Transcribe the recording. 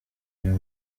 uyu